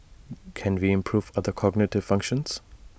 can we improve other cognitive functions